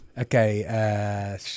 Okay